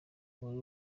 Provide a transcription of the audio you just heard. wari